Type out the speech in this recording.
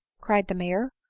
cried the major,